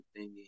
thingy